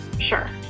Sure